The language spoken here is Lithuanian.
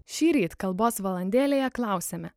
šįryt kalbos valandėlėje klausiame